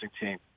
team